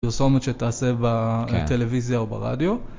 פרסומת שתעשה בטלוויזיה או ברדיו.